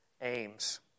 aims